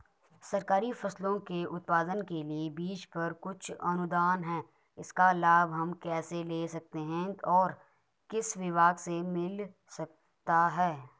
सरकारी फसलों के उत्पादन के लिए बीज पर कुछ अनुदान है इसका लाभ हम कैसे ले सकते हैं और किस विभाग से मिल सकता है?